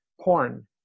porn